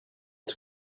and